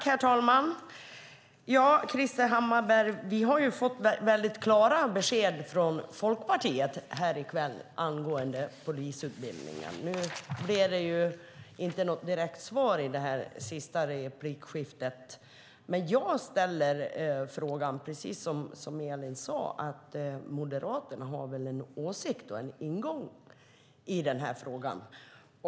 Herr talman! Vi har fått väldigt klara besked från Folkpartiet här i kväll angående polisutbildningen, Krister Hammarbergh. Nu blev det inte något direkt svar i det sista replikskiftet. Jag ställer frågan precis som Elin. Moderaterna har väl en åsikt och en ingång i den här frågan?